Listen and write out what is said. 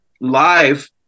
live